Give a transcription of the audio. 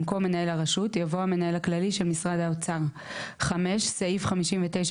במקום "מנהל הרשות" יבוא "המנהל הכללי של משרד האוצר" ; (5) סעיף 59כט,